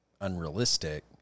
unrealistic